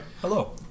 Hello